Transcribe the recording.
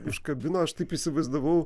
iškabino aš taip įsivaizdavau